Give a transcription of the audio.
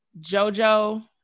Jojo